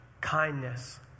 kindness